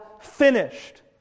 finished